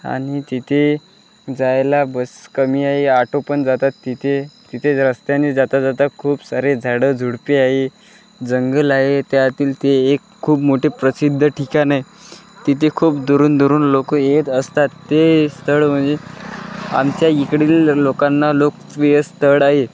आणि तिथे जायला बस कमी आहे ऑटो पण जातात तिथे तिथे रस्त्याने जाता जाता खूप सारे झाडं झुडपे आहे जंगल आहे त्यातील ते एक खूप मोठे प्रसिद्ध ठिकाण आहे तिथे खूप दुरून दुरून लोक येत असतात ते स्थळ म्हणजे आमच्या इकडील लोकांना लोकप्रिय स्थळ आहे